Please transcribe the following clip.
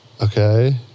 Okay